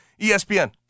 ESPN